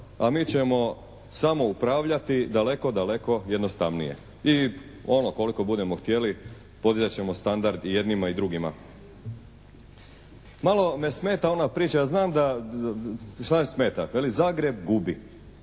a mi ćemo samo upravljati daleko jednostavno i ono koliko budemo htjeli podizat ćemo standard i jednima i drugima. Malo me smeta ona priča. Šta me smeta? Kaže Zagreb gubi.